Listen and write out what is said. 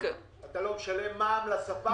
אתה לא משלם מע"מ לספק?